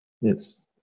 yes